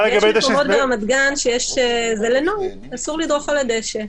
יש מקומות ברמת-גן שזה לנוי, אסור לדרוך על הדשא.